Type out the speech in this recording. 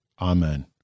Amen